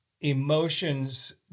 emotions